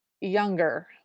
younger